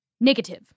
Negative